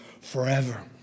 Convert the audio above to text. forever